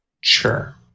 Sure